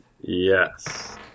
Yes